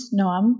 Noam